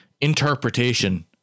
interpretation